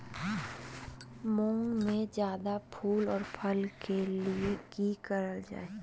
मुंग में जायदा फूल और फल के लिए की करल जाय?